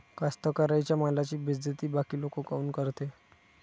कास्तकाराइच्या मालाची बेइज्जती बाकी लोक काऊन करते?